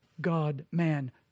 God-man